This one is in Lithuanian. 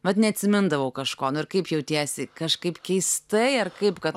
vat neatsimindavau kažko nu ir kaip jautiesi kažkaip keistai ar kaip kad